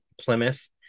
Plymouth